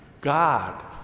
God